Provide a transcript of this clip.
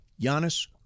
Giannis